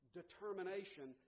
determination